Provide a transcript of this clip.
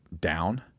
down